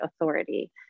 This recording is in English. authority